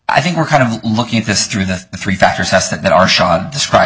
i think we're kind of looking at this through the three factors that are shot describe